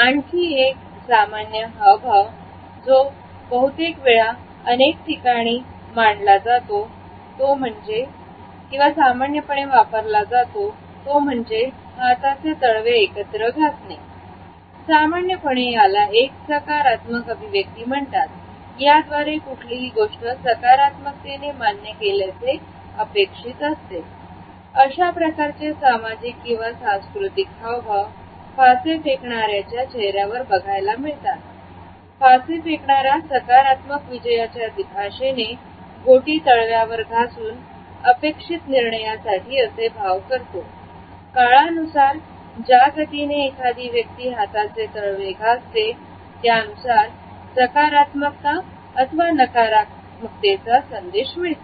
आणखी एक सामान्य हावभाव तो बहुतेक वेळा अनेक ठीक मानला जातो पण सामान्यपणे वापरला ही जातो तो म्हणजे हाताचे तळवे एकत्र घासणे सामान्यपणे याला एक सकारात्मक अभिव्यक्ती म्हणतात याद्वारे कुठलीही गोष्ट सकारात्मकतेने मान्य केल्याचे अपेक्षित असते अशा प्रकारचे सामाजिक आणि सांस्कृतिक हावभाव फासे फेकणाऱ्या च्या चेहऱ्यावर बघायला मिळतात पाचशे फेकणारा सकारात्मक विजयाच्या आशेने गोटि तळव्यावर घासून अपेक्षित निर्णयासाठी असे भाव करतो काळानुसार ज्या गतीने एखादी व्यक्ती हाताचे तळवे घासते त्यानुसार सकारात्मक अथवा नकारात्मक संदेश मिळतो